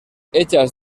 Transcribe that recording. hechas